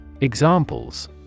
Examples